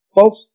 Folks